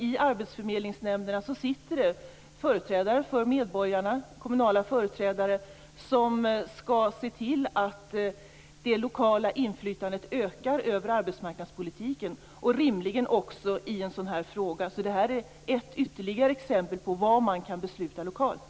I arbetsförmedlingsnämnderna sitter företrädare för medborgarna, kommunala företrädare som skall se till att det lokala inflytandet ökar över arbetsmarknadspolitiken och rimligen också i en sådan här fråga. Det här är ytterligare ett exempel på vad man kan besluta lokalt.